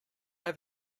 have